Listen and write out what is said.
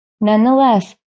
Nonetheless